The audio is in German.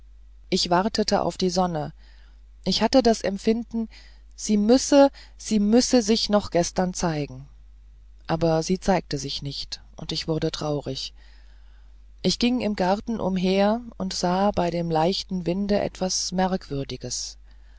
ich wartete auf die sonne ich hatte das empfinden sie müsse sie müsse sich noch gestern zeigen aber sie zeigte sich nicht und ich wurde traurig ich ging im garten umher und sah bei dem leichten winde etwas merkwürdiges